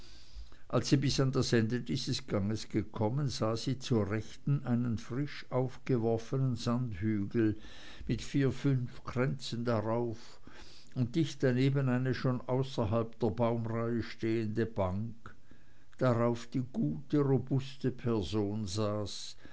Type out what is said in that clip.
als sie bis an das ende dieses ganges gekommen sah sie zur rechten einen frisch aufgeworfenen sandhügel mit vier fünf kränzen darauf und dicht daneben eine schon außerhalb der baumreihe stehende bank darauf die gute robuste person saß